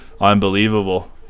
unbelievable